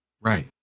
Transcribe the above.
right